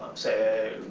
say,